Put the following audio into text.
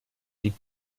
die